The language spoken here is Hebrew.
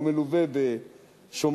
הוא מלווה בשומרים.